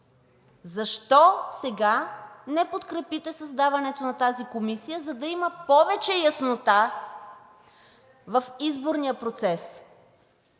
Защо сега не подкрепите създаването на тази комисия, за да има повече яснота в изборния процес?